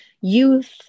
youth